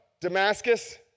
Damascus